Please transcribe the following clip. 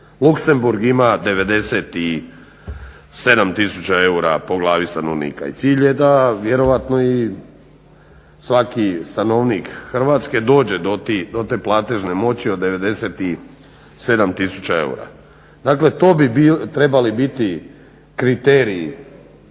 Luksemburg ima 97000 eura po glavi stanovnika i cilj je da vjerojatno i svaki stanovnik Hrvatske dođe do te platežne moći od 97000 eura. Dakle, to bi trebali biti kriteriji